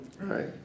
right